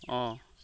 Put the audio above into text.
অঁ